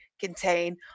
contain